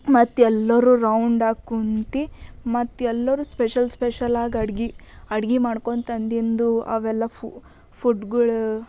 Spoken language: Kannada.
ಮತ್ತು ಎಲ್ಲರು ರೌಂಡಾಗಿ ಕುಂತು ಮತ್ತು ಎಲ್ಲರು ಸ್ಪೆಷಲ್ ಸ್ಪೆಷಲಾಗಿ ಅಡಿಗೆ ಅಡಿಗೆ ಮಾಡ್ಕೊಂಡು ತಂದಿಂದು ಅವೆಲ್ಲ ಫುಡ್ಗಳ